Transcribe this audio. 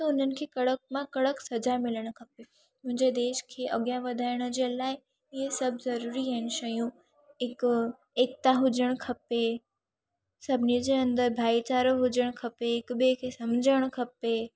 त हुननि खे कड़क मां कड़क सजा मिलणु खपे मुंहिंजे देश खे अॻियां वधाइण जे लाइ हे सभु ज़रूरी आहिनि शयूं हिकु एकता हुजणु खपे सभिनी जे अंदरु भाईचारो हुजणु खपे हिकु ॿिए खे सम्झणु खपे